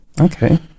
Okay